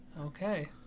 Okay